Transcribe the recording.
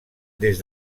des